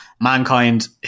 Mankind